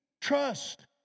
Trust